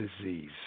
disease